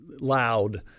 loud